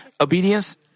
obedience